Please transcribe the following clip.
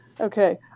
Okay